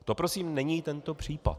To prosím není tento případ.